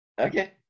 Okay